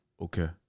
Okay